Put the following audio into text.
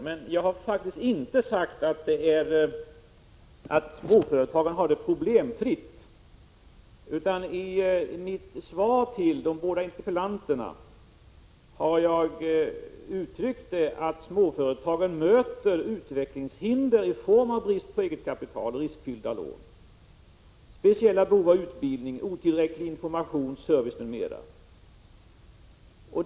Men jag har faktiskt inte sagt att småföretagen har det problemfritt, utan i mitt svar till de båda interpellanterna har jag uttryckt att småföretagen möter utvecklingshinder i form av brist på eget kapital, riskfyllda lån, speciella behov av utbildning, otillräcklig information och service m.m.